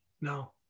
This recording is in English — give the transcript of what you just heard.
No